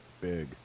big